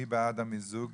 מי בעד המיזוג?